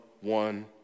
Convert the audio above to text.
one